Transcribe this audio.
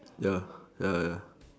ya ya ya